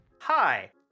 hi